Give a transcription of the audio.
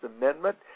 amendment